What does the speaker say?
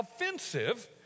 offensive